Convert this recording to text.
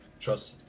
trust